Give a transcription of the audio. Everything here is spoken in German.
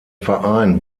verein